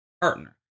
partner